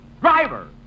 Driver